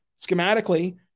schematically